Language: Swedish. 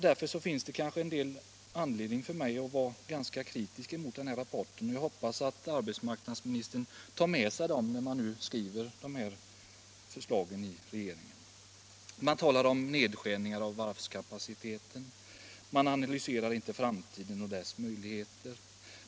Därför finns det anledning för mig att vara ganska kritisk till rapporten. Jag hoppas att arbetsmarknadsministern tar med sig dessa kritiska synpunkter när han skall skriva förslaget i regeringen. Man talar om nedskärningar av varvskapaciteten. Man analyserar inte framtiden och dess möjligheter.